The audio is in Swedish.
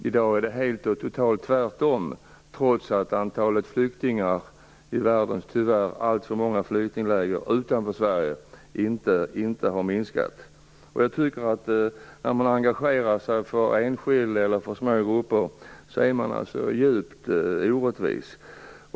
I dag har nivån minskat, trots att antalet flyktingar i världen tyvärr inte har minskat. Jag tycker att man, när man engagerar sig för enskilda eller för små grupper av människor, är djupt orättvis.